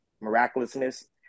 miraculousness